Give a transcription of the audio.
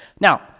Now